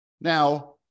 Now